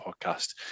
podcast